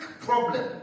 problem